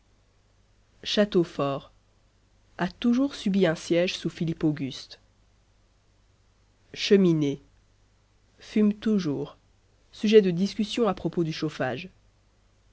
fort a toujours subi un siège sous philippe auguste cheminée fume toujours sujet de discussion à propos du chauffage